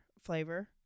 Flavor